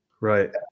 Right